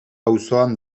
auzoan